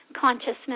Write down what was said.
consciousness